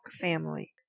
family